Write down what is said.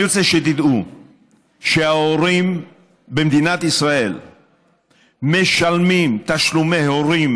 אני רוצה שתדעו שההורים במדינת ישראל משלמים בתשלומי הורים,